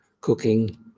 cooking